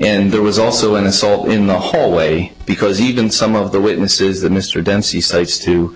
and there was also an assault in the hallway because even some of the witnesses that mr dempsey cites to